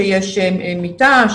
שיש מיטה,